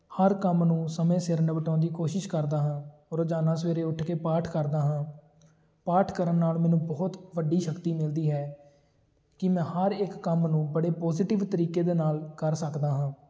ਹਰ ਕੰਮ ਨੂੰ ਸਮੇਂ ਸਿਰ ਨਿਪਟਾਉਣ ਦੀ ਕੋਸ਼ਿਸ਼ ਕਰਦਾ ਹਾਂ ਰੋਜ਼ਾਨਾ ਸਵੇਰੇ ਉੱਠ ਕੇ ਪਾਠ ਕਰਦਾ ਹਾਂ ਪਾਠ ਕਰਨ ਨਾਲ ਮੈਨੂੰ ਬਹੁਤ ਵੱਡੀ ਸ਼ਕਤੀ ਮਿਲਦੀ ਹੈ ਕਿ ਮੈਂ ਹਰ ਇੱਕ ਕੰਮ ਨੂੰ ਬੜੇ ਪੋਜ਼ੀਟਿਵ ਤਰੀਕੇ ਦੇ ਨਾਲ ਕਰ ਸਕਦਾ ਹਾਂ